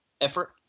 effort